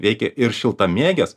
veikia ir šiltamėges